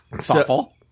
Thoughtful